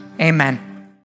amen